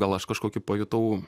gal aš kažkokį pajutau